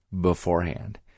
beforehand